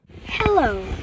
Hello